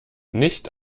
nicht